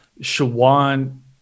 Shawan